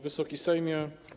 Wysoki Sejmie!